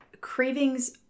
cravings